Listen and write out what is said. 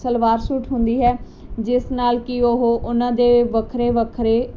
salwar suit ਹੁੰਦੀ ਹੈ ਜਿਸ ਨਾਲ ਕੀ ਉਹ ਉਹਨਾਂ ਦੇ ਵੱਖਰੇ ਵੱਖਰੇ